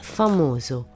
famoso